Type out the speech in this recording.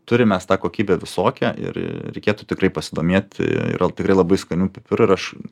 turim mes tą kokybę visokią ir reikėtų tikrai pasidomėti yra tikrai labai skanių pipirų ir aš